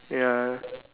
ya